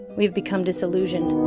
we've become disillusioned